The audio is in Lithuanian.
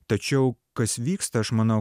tačiau kas vyksta aš manau